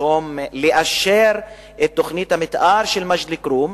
במקום לאשר את תוכנית המיתאר של מג'ד-אל-כרום,